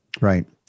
right